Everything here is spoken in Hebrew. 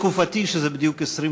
בתקופתי, שזה בדיוק 20 שנה,